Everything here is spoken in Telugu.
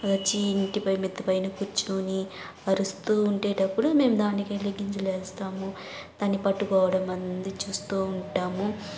అది వచ్చి ఇంటిపై మిద్దిపైన కూర్చోని అరుస్తు ఉండేటప్పుడు మేము దానికెళ్ళి గింజలు వేస్తాము దాన్ని పట్టుకోవడం అన్నీ చేస్తు ఉంటాము